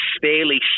fairly